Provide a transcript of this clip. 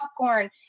popcorn